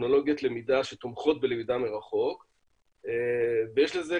בטכנולוגיות למידה שתומכות בלמידה מרחוק ויש לזה,